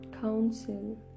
counsel